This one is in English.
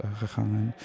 gegaan